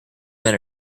men